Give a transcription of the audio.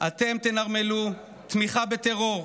אתם תנרמלו תמיכה בטרור,